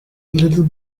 little